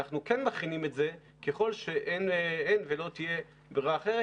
אנחנו כן מכינים את זה ככל שאין ולא תהיה ברירה אחרת,